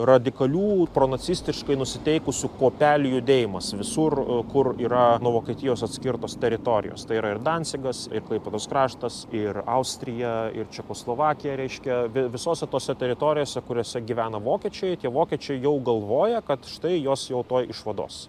radikalių pronacistiškai nusiteikusių kuopelių judėjimas visur kur yra nuo vokietijos atskirtos teritorijos tai yra ir dancigas ir klaipėdos kraštas ir austrija ir čekoslovakija reiškia vi visose tose teritorijose kuriose gyvena vokiečiai tie vokiečiai jau galvoja kad štai juos jau tuoj išvados